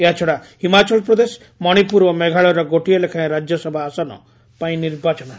ଏହାଛଡ଼ା ହିମାଚଳ ପ୍ରଦେଶ ମଣିପୁର ଓ ମେଘାଳୟର ଗୋଟିଏ ଲେଖାଏଁ ରାଜ୍ୟସଭା ଆସନ ପାଇଁ ନିର୍ବାଚନ ହେବ